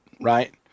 right